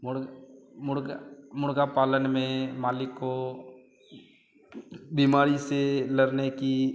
मुर्ग़ मुर्ग़ मुर्ग़ा पालन में मालिक को बीमारी से लड़ने की बिमारी से लड़ने की